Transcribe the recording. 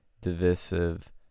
divisive